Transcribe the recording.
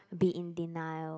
be in denial